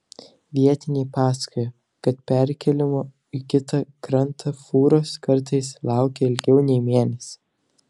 vietiniai pasakoja kad perkėlimo į kitą krantą fūros kartais laukia ilgiau nei mėnesį